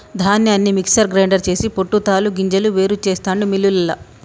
ధాన్యాన్ని mixer grinder చేసి పొట్టు తాలు గింజలు వేరు చెస్తాండు మిల్లులల్ల